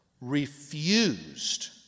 refused